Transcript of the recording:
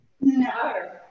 No